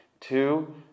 Two